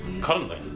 Currently